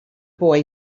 boy